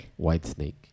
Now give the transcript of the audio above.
Whitesnake